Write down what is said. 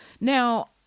Now